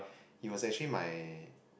he was actually my